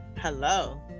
hello